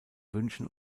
wünschen